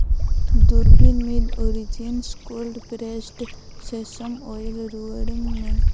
ᱫᱩᱨᱵᱤᱱ origins cold pressed sesame oil ᱨᱩᱣᱟᱹᱲᱟᱹᱧ ᱢᱮ